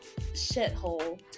shithole